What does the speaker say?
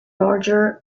larger